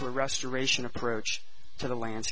to a restoration approach to the lan